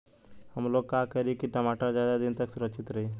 हमलोग का करी की टमाटर ज्यादा दिन तक सुरक्षित रही?